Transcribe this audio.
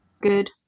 Good